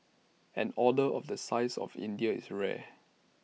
an order of the size of India's is rare